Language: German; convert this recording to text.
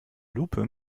lupe